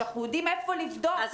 שאנחנו יודעים איפה לבדוק.